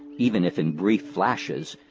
even if in brief flashes,